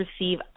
receive